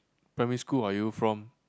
primary school are you from